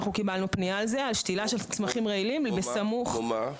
אנחנו קיבלנו פנייה על שתילה של צמחים רעילים בסמוך --- כמו מה?